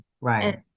right